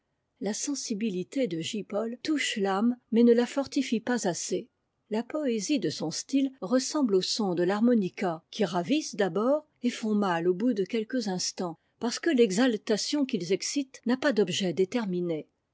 la sensibilité de j paul touche l'âme mais ne la fortifie pas assez la poésie de son style ressemble aux sons de t'harmonica qui ravissent d'abord et font mal au bout de quelques instants parce que l'exaltation qu'ils excitent n'a pas d'objet déterminé